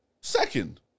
second